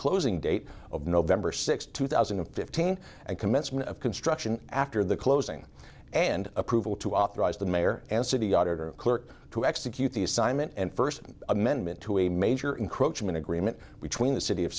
closing date of november sixth two thousand and fifteen and commencement of construction after the closing and approval to authorize the mayor and city auditor of clerk to execute the assignment and first amendment to a major encroachments agreement between the city of